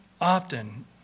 often